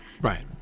Right